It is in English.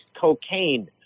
cocaine